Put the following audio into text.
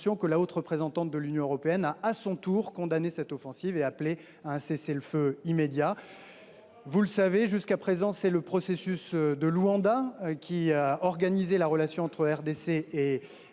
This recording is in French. et la politique de sécurité a à son tour condamné cette offensive et appelé à un cessez le feu immédiat. Vous le savez, jusqu’à présent, c’est le processus de Luanda qui a organisé la relation entre la RDC